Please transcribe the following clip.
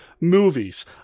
movies